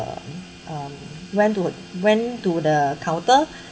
uh um went to went to the counter